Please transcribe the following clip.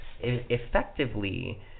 effectively